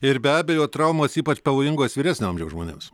ir be abejo traumos ypač pavojingos vyresnio amžiaus žmonėms